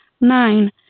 nine